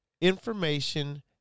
information